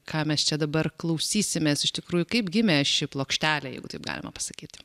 ką mes čia dabar klausysimės iš tikrųjų kaip gimė ši plokštelė jeigu taip galima pasakyti